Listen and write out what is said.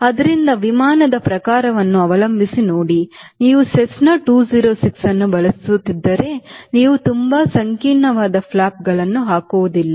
ಆದ್ದರಿಂದ ವಿಮಾನದ ಪ್ರಕಾರವನ್ನು ಅವಲಂಬಿಸಿ ನೋಡಿ ನೀವು ಸೆಸ್ನಾ 206 ಅನ್ನು ಬಳಸುತ್ತಿದ್ದರೆ ನೀವು ತುಂಬಾ ಸಂಕೀರ್ಣವಾದ ಫ್ಲಾಪ್ಗಳನ್ನು ಹಾಕುವುದಿಲ್ಲ